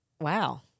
Wow